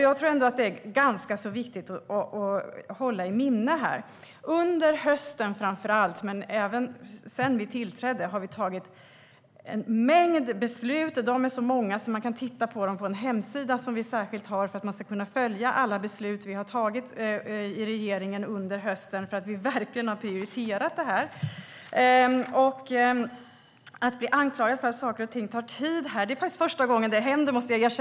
Jag tror att detta är ganska viktigt att hålla i minnet. Sedan vi tillträdde, men framför allt under hösten, har vi tagit en mängd beslut. De är så många att man kan titta på dem på en hemsida som vi har för att man ska kunna följa alla beslut som vi har tagit i regeringen under hösten för att vi verkligen har prioriterat detta. Jag måste erkänna att det är första gången som vi blir anklagade för att saker och ting tar tid.